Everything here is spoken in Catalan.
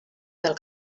del